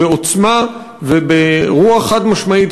בעוצמה וברוח חד-משמעית,